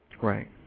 Right